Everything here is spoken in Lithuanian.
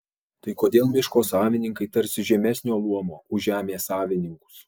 tai kodėl miško savininkai tarsi žemesnio luomo už žemės savininkus